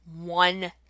one